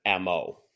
MO